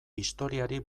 historiari